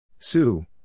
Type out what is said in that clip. Sue